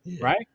Right